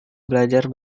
belajar